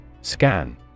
Scan